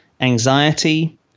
anxiety